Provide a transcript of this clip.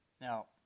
Now